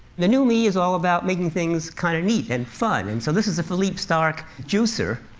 the new me is all about making things kind of neat and fun. and so this is a philippe starck juicer,